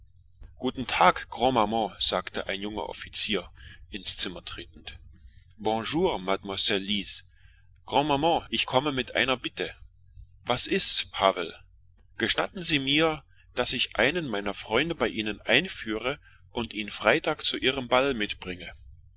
guten tag grand maman sagte ein junger offizier der eben eintrat bon jour mademoiselle lise grand maman ich komme mit einer bitte zu ihnen was ist denn paul gestatten sie mir ihnen einen meiner freunde vorzustellen und ihn freitag zu ihrem balle mitzubringen